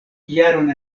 jaron